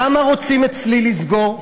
למה רוצים אצלי לסגור?